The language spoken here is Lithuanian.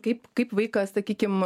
kaip kaip vaikas sakykim